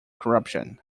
corruption